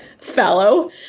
fellow